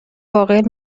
عاقل